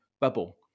bubble